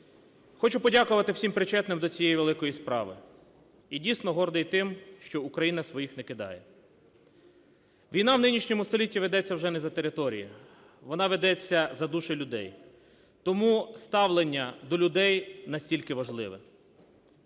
Хочу подякувати всім причетним до цієї великої справи, і дійсно гордий тим, що Україна своїх не кидає. Війна в нинішньому столітті ведеться вже не за території, вона ведеться за душі людей. Тому ставлення до людей настільки важливе.